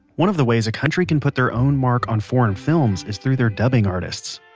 one of the ways a country can put their own mark on foreign films is through their dubbing artists.